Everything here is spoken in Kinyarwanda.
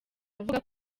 avuga